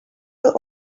were